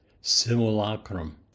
Simulacrum